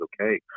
okay